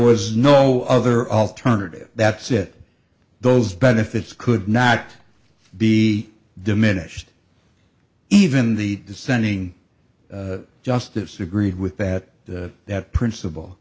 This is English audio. was no other alternative that said those benefits could not be diminished even the dissenting justices agreed with that that principle